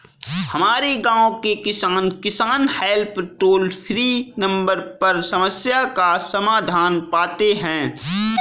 हमारे गांव के किसान, किसान हेल्प टोल फ्री नंबर पर समस्या का समाधान पाते हैं